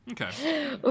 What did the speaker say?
Okay